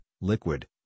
liquid